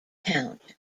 count